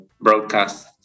broadcast